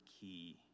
key